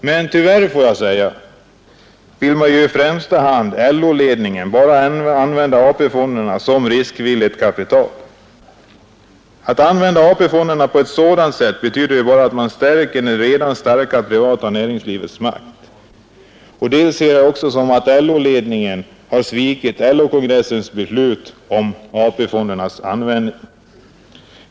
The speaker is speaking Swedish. Men tyvärr, får jag säga, vill ju LO-ledningen i första hand bara använda AP-fonderna som riskvilligt kapital. Att använda AP-fonderna på ett sådant sätt betyder ju bara att man stärker det redan starka privata näringslivets makt. Dels ser jag det också som att LO-ledningen redan svikit LO-kongressens beslut om AP-fondernas användning.